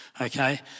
okay